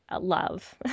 love